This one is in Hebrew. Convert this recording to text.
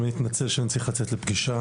אני מתנצל שאני צריך לצאת לפגישה.